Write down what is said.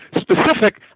specific